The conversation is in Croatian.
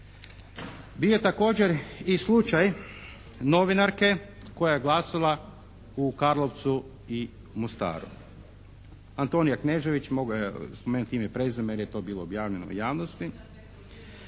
Bio je također i slučaj novinarke koja je glasala u Karlovcu i Mostaru. Antonija Knežević, mogu joj spomenuti ime i prezime jer je to bilo objavljeno u javnosti,